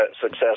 success